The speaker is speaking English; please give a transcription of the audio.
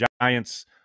Giants